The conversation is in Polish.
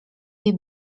jej